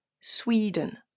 Sweden